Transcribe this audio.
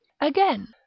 Again